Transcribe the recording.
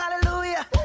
hallelujah